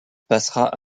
passera